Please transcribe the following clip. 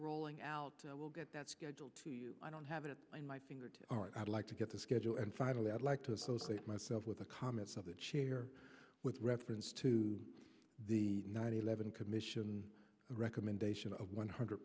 rolling out i will get that schedule to you i don't have it in my fingertips all right i'd like to get the schedule and finally i'd like to associate myself with the comments of the chair with reference to the nine eleven commission recommendation of one hundred